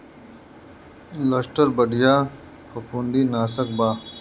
Luster बढ़िया फंफूदनाशक बा